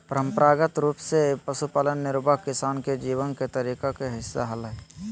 परंपरागत रूप से पशुपालन निर्वाह किसान के जीवन के तरीका के हिस्सा हलय